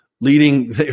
leading